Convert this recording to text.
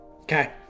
Okay